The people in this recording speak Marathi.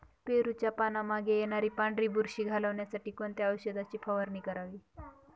पेरूच्या पानांमागे येणारी पांढरी बुरशी घालवण्यासाठी कोणत्या औषधाची फवारणी करावी?